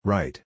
Right